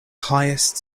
highest